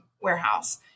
warehouse